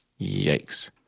Yikes